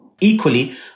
Equally